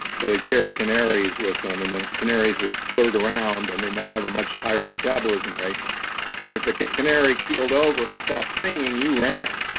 so they'd carry canaries with them, and the canaries would flirt around, and they might have a much higher metabolism right and if the canary keeled over stopped singing, you ran.